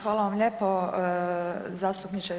Hvala vam lijepo zastupniče